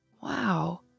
Wow